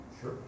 Sure